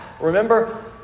Remember